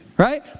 Right